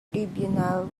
tribunal